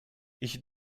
ich